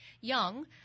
young